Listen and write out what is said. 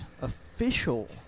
official